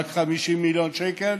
רק 50 מיליון שקל,